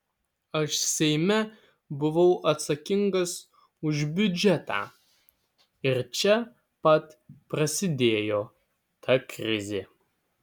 aš seime buvau atsakingas už biudžetą ir čia pat prasidėjo ta krizė